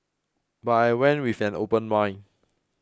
but I went with an open mind